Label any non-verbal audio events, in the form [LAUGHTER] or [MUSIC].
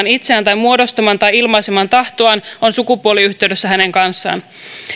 [UNINTELLIGIBLE] itseään tai muodostamaan tai ilmaisemaan tahtoaan on sukupuoliyhteydessä hänen kanssaan